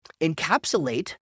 encapsulate